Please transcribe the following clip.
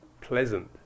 pleasant